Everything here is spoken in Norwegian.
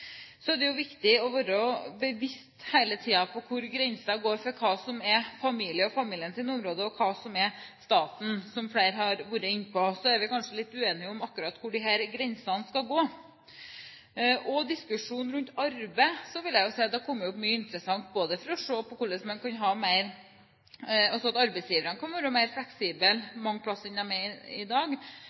Så er det viktig hele tiden å være bevisst på hvor grensen går for hva som er familiens område og hva som er statens, som flere har vært inne på. Vi er kanskje litt uenige om akkurat hvor disse grensene skal gå. Når det gjelder diskusjonen rundt arbeid, vil jeg si at det har kommet fram mye interessant – både det å se på hvordan arbeidsgiverne mange steder kan være mer fleksible enn de er i dag, og på dette med deltid, som ofte kommer opp i forbindelse med diskusjoner rundt omsorgsyrker. Dette er også viktig i